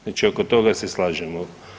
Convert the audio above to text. Znači oko toga se slažemo.